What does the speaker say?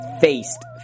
faced